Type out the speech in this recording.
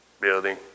Building